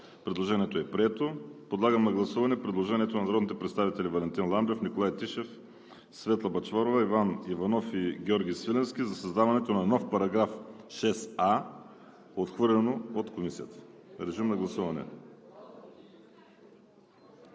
Предложението е прието. Подлагам на гласуване предложението на народните представители Валентин Ламбев, Николай Тишев, Светла Бъчварова, Иван Иванов и Георги Свиленски за създаването на нов § 6а – отхвърлено от Комисията. Гласували